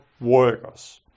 workers